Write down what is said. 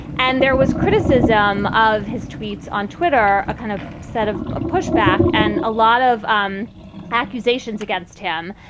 and there was criticism of his tweets on twitter, a kind of set of ah pushback and a lot of um accusations against him.